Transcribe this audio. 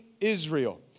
Israel